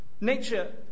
Nature